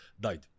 died